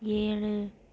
ஏழு